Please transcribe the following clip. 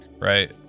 right